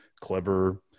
clever